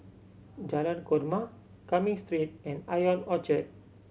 Jalan Korma Cumming Street and Ion Orchard